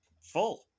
full